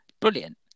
brilliant